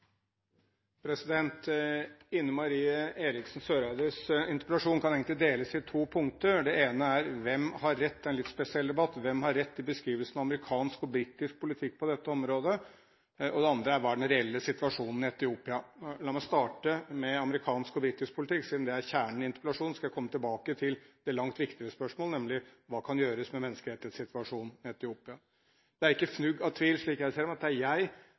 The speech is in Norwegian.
Ine Marie Eriksen Søreides interpellasjon kan egentlig deles i to punkter. Det ene er: Hvem har rett i en litt spesiell debatt – hvem har rett i beskrivelsen av amerikansk og britisk politikk på dette området? Og det andre er: Hva er den reelle situasjonen i Etiopia? La meg starte med amerikansk og britisk politikk, siden det er kjernen i interpellasjonen, og så skal jeg komme tilbake til det langt viktigere spørsmålet, nemlig: Hva kan gjøres med menneskerettighetssituasjonen i Etiopia? Det er ikke fnugg av tvil, slik jeg ser det, om at det er jeg,